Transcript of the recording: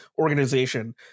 organization